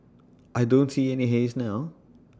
I don't see any haze now